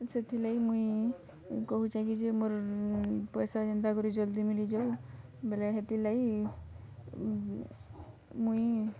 ସେଥିର୍ ଲାଗି ମୁଇଁ କହୁଛେ କି ଯେ ମୋର ପଇସା କେନ୍ତା କରି ଜଲ୍ଦି ମିଲିଯାଉ ବେଲେ ହେତିର୍ ଲାଗି ମୁଇଁ